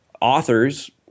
authors